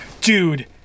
Dude